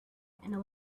and